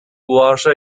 warsaw